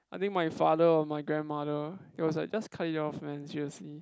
I think my father or my grandmother they was like just cut it off man seriously